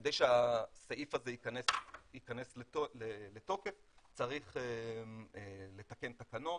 כדי שהסעיף הזה ייכנס לתוקף צריך לתקן תקנות,